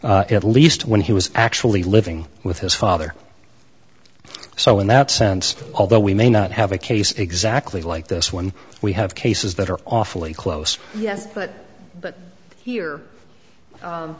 quote at least when he was actually living with his father so in that sense although we may not have a case exactly like this one we have cases that are awfully close yes but but here